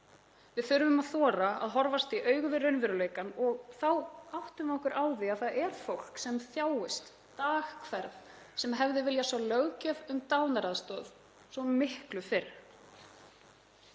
Við þurfum að þora að horfast í augu við raunveruleikann og þá áttum við okkur á því að það er fólk sem þjáist dag hvern sem hefði viljað sjá löggjöf um dánaraðstoð svo miklu fyrr.